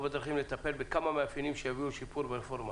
לטפל בכמה מאפיינים שיביאו לשיפור הרפורמה.